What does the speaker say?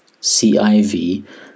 CIV